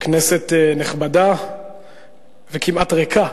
כנסת נכבדה וכמעט ריקה,